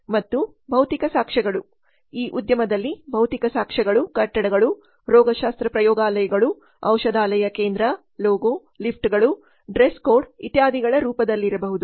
ಮತ್ತು ಭೌತಿಕ ಸಾಕ್ಷ್ಯಗಳು ಈ ಉದ್ಯಮದಲ್ಲಿ ಭೌತಿಕ ಸಾಕ್ಷ್ಯಗಳು ಕಟ್ಟಡಗಳು ರೋಗಶಾಸ್ತ್ರ ಪ್ರಯೋಗಾಲಯಗಳು ಔಷಧಾಲಯ ಕೇಂದ್ರ ಲೋಗೊ ಲಿಫ್ಟ್ಗಳು ಡ್ರೆಸ್ ಕೋಡ್ ಇತ್ಯಾದಿಗಳ ರೂಪದಲ್ಲಿರಬಹುದು